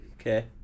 Okay